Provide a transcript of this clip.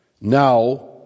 now